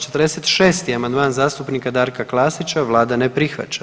46. amandman zastupnika Darka Klasića, Vlada ne prihvaća.